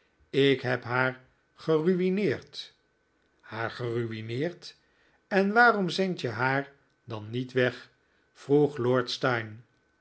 ik heb haar gerui'neerd haar geruineerd en waarom zend je haar dan niet weg vroeg lord steyne